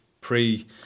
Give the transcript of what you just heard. pre